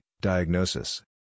diagnosis